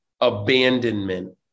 abandonment